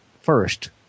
first